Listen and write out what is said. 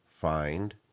find